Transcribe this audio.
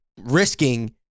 risking